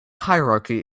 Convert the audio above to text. hierarchy